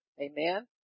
Amen